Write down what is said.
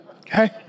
okay